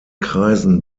kreisen